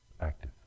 active